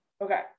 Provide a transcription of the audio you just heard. Okay